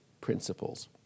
principles